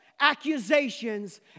accusations